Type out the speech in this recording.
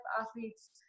athletes